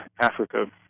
Africa